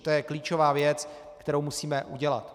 To je klíčová věc, kterou musíme udělat.